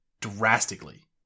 drastically